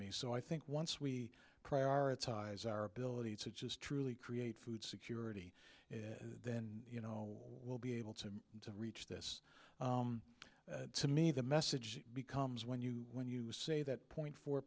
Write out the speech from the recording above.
me so i think once we prioritize our ability to choose truly create food security then you know we'll be able to to reach this to me the message becomes when you when you say that point four